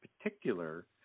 particular